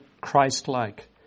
Christ-like